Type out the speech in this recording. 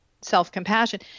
self-compassion